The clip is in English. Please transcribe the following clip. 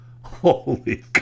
Holy